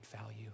value